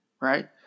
Right